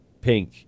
pink